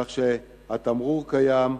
כך שהתמרור קיים,